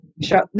show